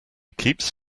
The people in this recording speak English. keeps